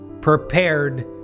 prepared